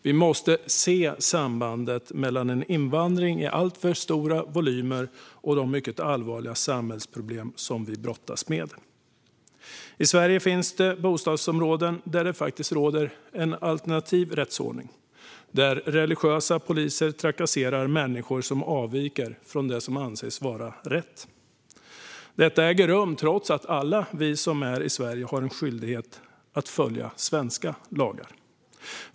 Vi måste se sambandet mellan en invandring i alltför stora volymer och de mycket allvarliga samhällsproblem som vi brottas med. I Sverige finns bostadsområden där det faktiskt råder en alternativ rättsordning - där religiösa poliser trakasserar människor som avviker från det som anses vara "rätt". Detta äger rum trots att alla vi som är i Sverige har en skyldighet att följa svenska lagar.